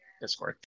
Discord